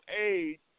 aid